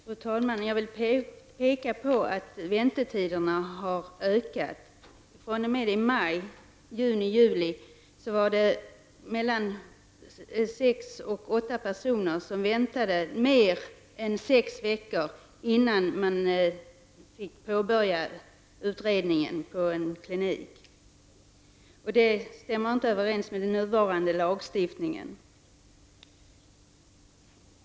Fru talman! Jag vill peka på att väntetiderna har ökat. I maj, juni och juli var det mellan sex och åtta personer som väntade mer än sex veckor innan utredningen på en klinik kunde påbörjas. Det stämmer inte överens med den nuvarande lagstiftningen.